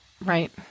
Right